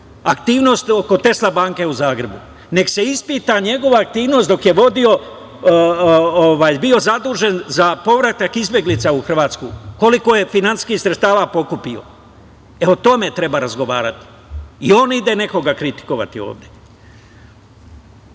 aktivnost oko „Tesla banke“ u Zagrebu, nek se ispita njegova aktivnost dok je bio zadužen za povratak izbeglica u Hrvatsku, koliko je finansijskih sredstava pokupio. E, o tome treba razgovarati. I on ide nekoga kritikovati ovde.